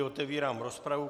Otevírám rozpravu.